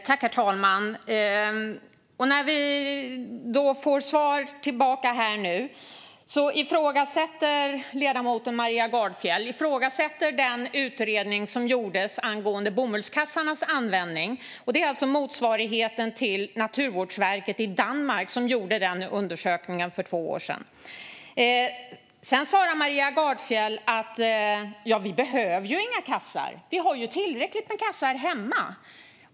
Herr talman! När vi får svar tillbaka ifrågasätter ledamoten Maria Gardfjell den utredning som gjordes angående bomullskassarnas användning. Det var alltså Danmarks motsvarighet till Naturvårdsverket som gjorde denna undersökning för två år sedan. Maria Gardfjell svarade att vi inte behöver några kassar då vi har tillräckligt med kassar hemma.